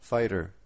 Fighter